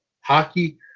hockey